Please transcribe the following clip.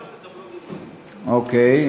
אוקיי.